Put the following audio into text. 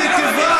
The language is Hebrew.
אני לא מבין אותך.